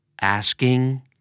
asking